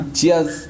Cheers